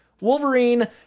Wolverine